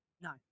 no